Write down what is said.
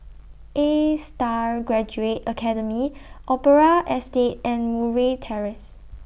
A STAR Graduate Academy Opera Estate and Murray Terrace